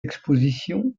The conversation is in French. expositions